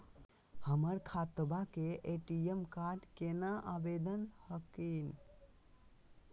हमर खतवा के ए.टी.एम कार्ड केना आवेदन हखिन?